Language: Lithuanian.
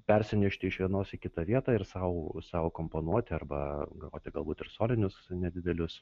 persinešti iš vienos į kitą vietą ir sau sau akomponuoti arba groti galbūt ir solinius nedidelius